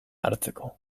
hartzeko